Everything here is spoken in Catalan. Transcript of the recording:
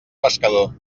pescador